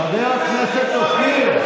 חבר הכנסת אופיר.